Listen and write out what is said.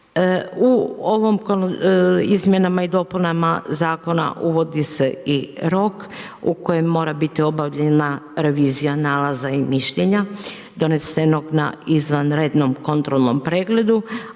U ovim izmjenama i dopunama zakona uvodi se i rok u kojem mora biti obavljena revizija nalaza i mišljenja donesenog na izvanrednom kontrolnom pregledu,